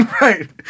Right